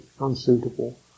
unsuitable